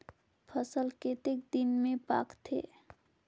फसल कतेक दिन मे पाकथे?